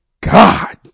God